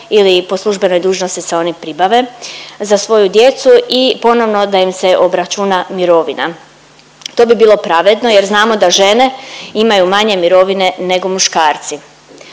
ili po službenoj dužnosti se oni pribave za svoju djecu i ponovno da im se obračuna mirovina. To bi bilo pravedno jer znamo da žene imaju manje mirovine nego muškarci.